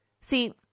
see